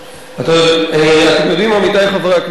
עמיתי חברי הכנסת,